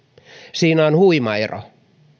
siinä on huima ero